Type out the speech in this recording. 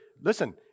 Listen